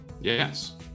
Yes